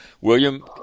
William